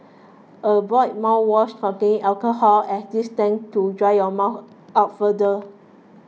avoid mouthwash containing alcohol as this tends to dry your mouth out further